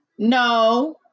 no